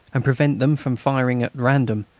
and prevent them from firing at random,